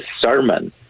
sermon